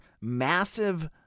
massive